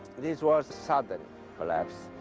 this was sudden collapse.